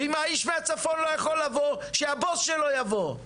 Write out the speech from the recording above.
ואם האיש מהצפון לא יכול לבוא, שהבוס שלו יבוא.